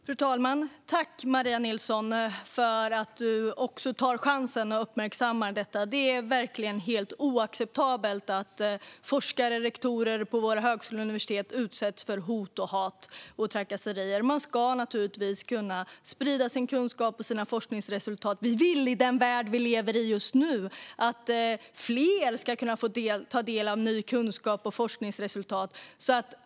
Fru talman! Jag tackar Maria Nilsson för att hon uppmärksammar detta. Det är helt oacceptabelt att forskare och rektorer på våra högskolor och universitet utsätts för hot, hat och trakasserier. Man ska givetvis kunna sprida sin kunskap och sina forskningsresultat. Vi vill ju att fler ska få ta del av ny kunskap och forskningsresultat.